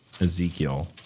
ezekiel